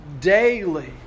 daily